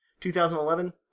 2011